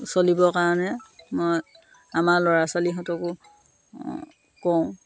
চলিবৰ কাৰণে মই আমাৰ ল'ৰা ছোৱালীহঁতকো কওঁ